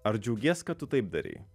ar džiaugies kad tu taip darei